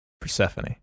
Persephone